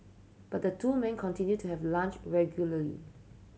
but the two men continued to have lunch regularly